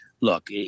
look